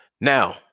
Now